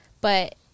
but-